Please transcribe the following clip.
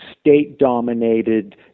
state-dominated